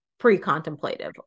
pre-contemplative